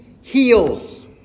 heals